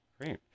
great